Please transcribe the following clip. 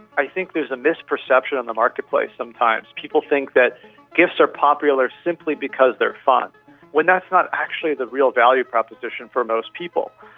i think there's a misperception in the marketplace sometimes. people think that gifs are popular simply because they are fun when that's not actually the real value proposition for most people.